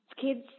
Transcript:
Kids